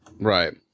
Right